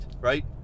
right